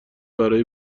برای